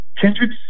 Kindred